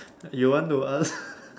you want to ask